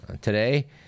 today